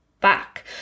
back